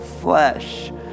flesh